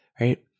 right